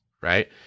right